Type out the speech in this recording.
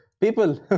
People